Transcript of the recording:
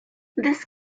this